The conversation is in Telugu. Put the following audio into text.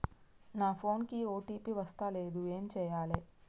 నా ఫోన్ కి ఓ.టీ.పి వస్తలేదు ఏం చేయాలే?